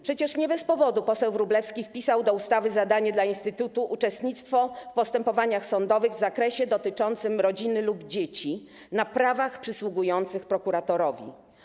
Przecież nie bez powodu poseł Wróblewski wpisał do ustawy zadanie dla instytutu: uczestnictwo w postępowaniach sądowych w zakresie dotyczącym rodziny lub dzieci na prawach przysługujących prokuratorowi.